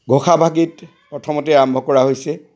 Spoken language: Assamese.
ঘোষাভাষীত প্ৰথমতেই আৰম্ভ কৰা হৈছে